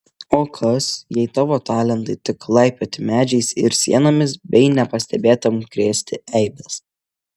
o kas jei tavo talentai tik laipioti medžiais ir sienomis bei nepastebėtam krėsti eibes